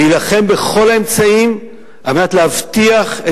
להילחם בכל האמצעים על מנת להבטיח את